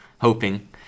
hoping